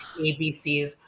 ABCs